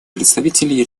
представителей